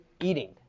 eating